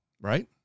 right